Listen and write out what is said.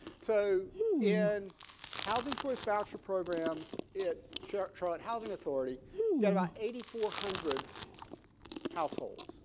so in housing choice voucher programs it sharp charlotte housing authority get about eighty four hundred households